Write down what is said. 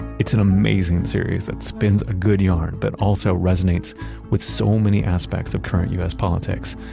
it's an amazing series that spins a good yarn, but also resonates with so many aspects of current u s. politics.